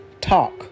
Talk